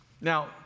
Now